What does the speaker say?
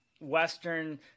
Western